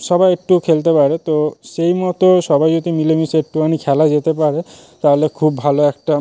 সবাই একটু খেলতে পারে তো সেই মতো সবাই যদি মিলেমিশে একটুখানি খেলা যেতে পারে তাহলে খুব ভালো একটা